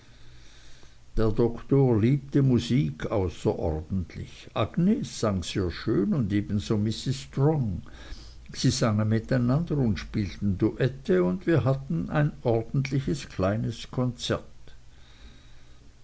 der doktor liebte musik außerordentlich agnes sang sehr schön und ebenso mrs strong sie sangen miteinander und spielten duetten und wir hatten ein ordentliches kleines konzert